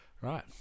right